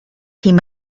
him